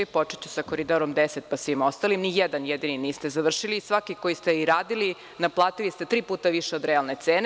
Počeću sa Koridorom 10 pa svim ostalim - nijedan jedini niste završili i svaki koji ste i radili naplatili ste tri puta više od realne cene.